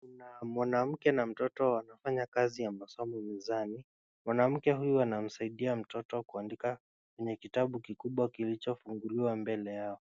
Kuna mwanamke na mtoto wanafanya kazi ya masomo mezani, mwanamke huyu anamsaidia mtoto kuandika kwenye kitabu kikubwa kilichofunguliwa mbele yao.